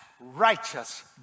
Righteous